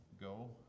go